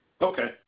okay